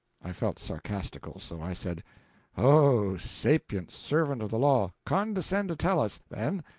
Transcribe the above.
i felt sarcastical, so i said oh, sapient servant of the law, condescend to tell us, then,